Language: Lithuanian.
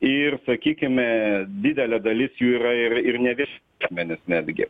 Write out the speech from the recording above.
ir sakykime didelė dalis jų yra ir ir ne vieši asmenys netgi